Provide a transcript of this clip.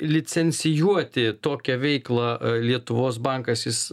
licencijuoti tokią veiklą lietuvos bankas jis